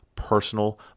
personal